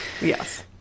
yes